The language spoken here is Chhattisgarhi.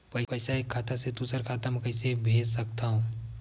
पईसा एक खाता से दुसर खाता मा कइसे कैसे भेज सकथव?